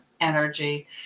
energy